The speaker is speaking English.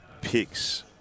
picks